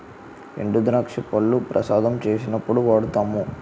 ఎండుద్రాక్ష పళ్లు ప్రసాదం చేసినప్పుడు వాడుతాము